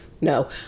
no